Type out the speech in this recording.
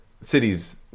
cities